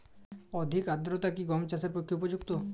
অধিক আর্দ্রতা কি গম চাষের পক্ষে উপযুক্ত?